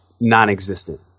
non-existent